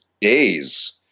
days